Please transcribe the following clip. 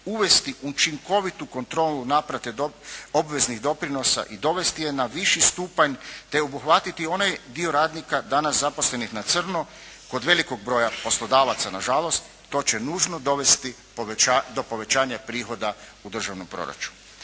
uvesti učinkovitu kontrolu naplate obveznih doprinosa i dovesti je na viši stupanj, te obuhvatiti onaj dio radnika danas zaposlenih na crno kod velikog broja poslodavaca nažalost, to će nužno dovesti do povećanja prihoda u državnom proračunu.